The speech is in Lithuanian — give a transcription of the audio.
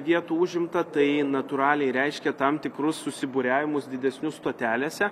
vietų užimta tai natūraliai reiškia tam tikrus susibūriavimus didesnius stotelėse